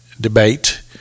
debate